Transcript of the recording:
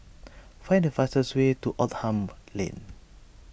find the fastest way to Oldham Lane